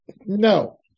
No